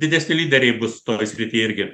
didesni lyderiai bus toj srityje irgi